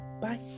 Bye